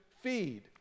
feed